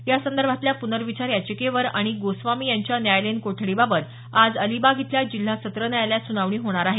यासंदर्भातल्या प्नर्विचार याचिकेवर आणि गोस्वामी यांच्या न्यायालयीन कोठडीबाबत आज अलिबाग इथल्या जिल्हा सत्र न्यायालयात सुनावणी होणार आहे